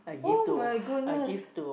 oh my goodness